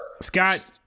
Scott